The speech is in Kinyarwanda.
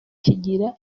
kigira